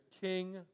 King